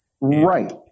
Right